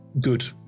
Good